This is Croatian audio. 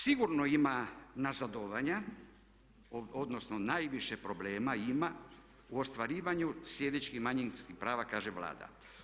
Sigurno ima nazadovanja, odnosno najviše problema ima u ostvarivanju … manjinskih prava kaže Vlada.